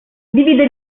divide